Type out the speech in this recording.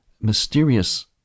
mysterious